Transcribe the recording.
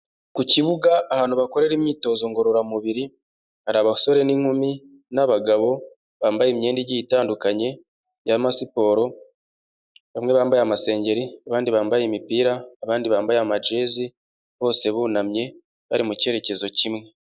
Ku kibuga ahantu bakorera imyitozo ngororamubiri, hari abasore n'inkumi n'abagabo bambaye imyenda igiye itandukanye y'amasiporo, bamwe bambaye amasengeri, abandi bambaye imipira, abandi bambaye amajezi, bose bunamye bari mu cyerekezo kimwe.